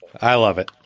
i love it.